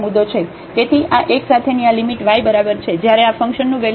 તેથી આ x સાથેની આ લિમિટ y બરાબર છે જ્યારે આ ફંકશનનું વેલ્યુ મૂળ 1 છે